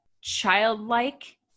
childlike